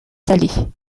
salée